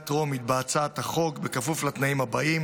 בהצעת החוק בקריאה הטרומית בכפוף לתנאים הבאים: